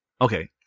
okay